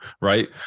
Right